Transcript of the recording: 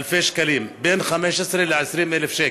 אלפי שקלים, בין 15,000 ל-20,000 שקל.